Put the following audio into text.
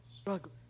struggling